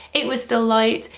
it was still light,